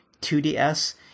2DS